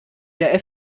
der